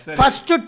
first